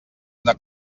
una